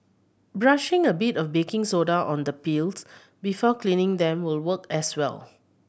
brushing a bit of baking soda on the peels before cleaning them will work as well